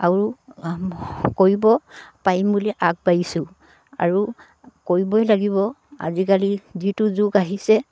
আৰু পাৰিম বুলি আগবাঢ়িছোঁ আৰু কৰিবই লাগিব আজিকালি যিটো যুগ আহিছে